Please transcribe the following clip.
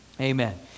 Amen